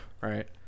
Right